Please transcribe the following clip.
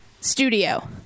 studio